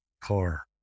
car